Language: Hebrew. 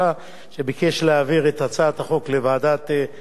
שביקש להעביר את הצעת החוק לוועדת העבודה,